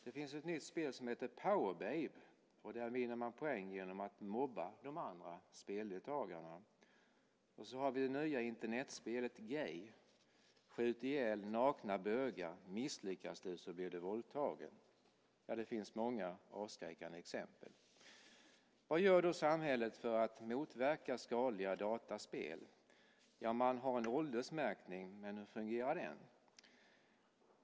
Det finns ett spel som heter Powerbabe, och där vinner man poäng genom att mobba de andra speldeltagarna. Det nya Internetspelet Gay uppmanar: Skjut ihjäl nakna bögar. Misslyckas du blir du våldtagen. Ja, det finns många avskräckande exempel. Vad gör då samhället för att motverka skadliga datorspel? Ja, man har en åldersmärkning, men hur fungerar den?